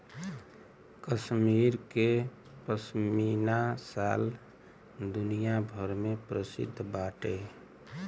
कश्मीर के पश्मीना शाल दुनिया भर में प्रसिद्ध बाटे